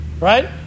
Right